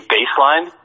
baseline